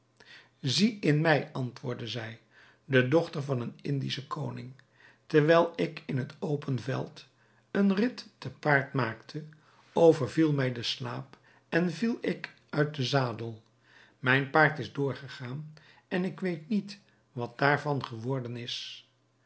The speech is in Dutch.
zie in mij antwoordde zij de dochter van eenen indischen koning terwijl ik in het open veld een rid te paard maakte overviel mij de slaap en viel ik uit den zadel mijn paard is doorgegaan en ik weet niet wat daarvan geworden is